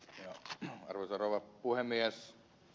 arvoisa rouva puhemies